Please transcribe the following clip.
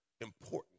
important